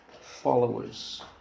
followers